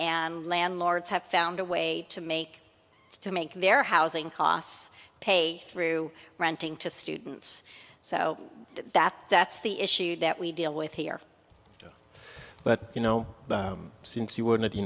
and landlords have found a way to make to make their housing costs pay through renting to students so that that's the issue that we deal with here but you know since you wouldn't